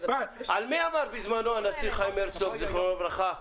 את ךהמכסה אלא לחייב את משרד החקלאות ואת האוצר לבוא עם